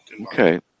Okay